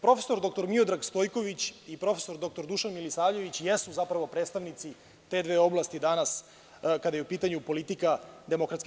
Profesor dr Miodrag Stojković i prof. dr Dušan Milisavljević jesu zapravo predstavnici te dve oblasti danas kada je u pitanju politika DS.